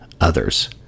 others